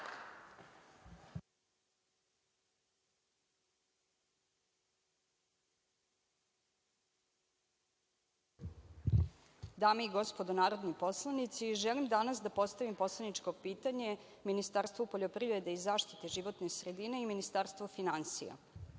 Dame i gospodo narodni poslanici, želim danas da postavim poslaničko pitanje Ministarstvu poljoprivrede i zaštite životne sredine i Ministarstvu finansija.